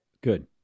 Good